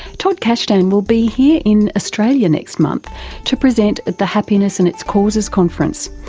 todd kashdan and will be here in australia next month to present at the happiness and its causes conference.